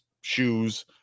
shoes